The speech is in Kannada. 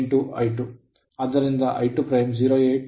ಆದ್ದರಿಂದ I2 0